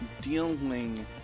dealing